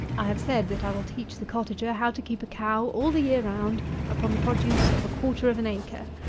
i have said that i will teach the cottager how to keep a cow all the year round upon the produce of a quarter of an acre,